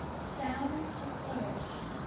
sound a flourish.